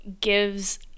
gives